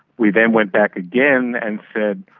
we then went back again and said,